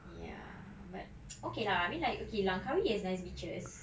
ya but okay lah I mean like okay langkawi has nice beaches